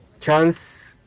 chance